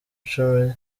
cumi